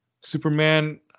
Superman